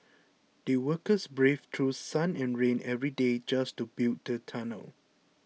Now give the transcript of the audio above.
the workers braved through sun and rain every day just to build the tunnel